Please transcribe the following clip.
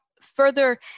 further